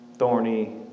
thorny